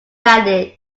added